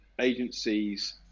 agencies